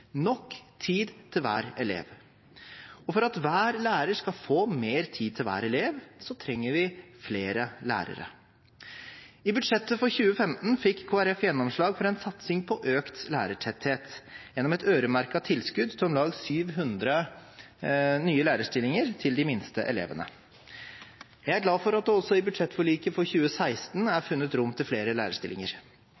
nok tid til hver elev. For at hver lærer skal få mer tid til hver elev, trenger vi flere lærere. I budsjettet for 2015 fikk Kristelig Folkeparti gjennomslag for en satsing på økt lærertetthet gjennom et øremerket tilskudd til om lag 700 nye lærerstillinger til de minste elevene. Jeg er glad for at det også i budsjettforliket for 2016 er funnet rom til flere lærerstillinger.